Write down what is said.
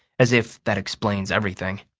as if that explains everything.